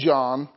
John